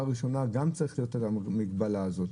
ראשונה גם צריכה להיות עליו המגבלה הזאת.